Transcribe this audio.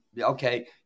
Okay